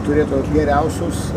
turėtų atli geriausius